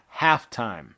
halftime